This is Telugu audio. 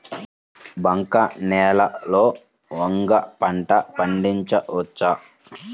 బంక నేలలో వంగ పంట పండించవచ్చా?